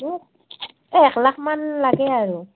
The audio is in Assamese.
মোক এই এক লাখমান লাগে আৰু